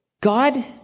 God